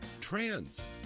trans